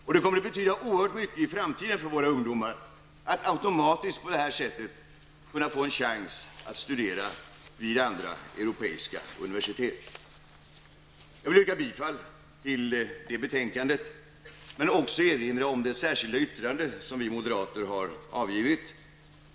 För våra ungdomar kommer det i framtiden att betyda oerhört mycket att på det här sättet automatiskt kunna få en chans att studera vid andra europeiska universitet. Jag vill yrka bifall till utskottets hemställan i betänkandet, men jag vill också erinra om det särskilda yttrande som vi moderater har avgivit.